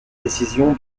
décision